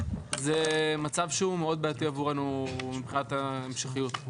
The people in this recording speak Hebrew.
הוא מצב מאוד בעייתי עבורנו מבחינת ההמשכיות.